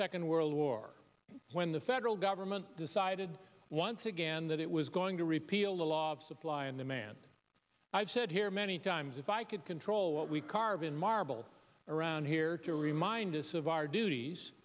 second world war when the federal government decided once again that it was going to repeal the law of supply and demand i've said here many times if i could control what we carve in marble around here to remind us of our duties